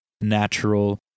natural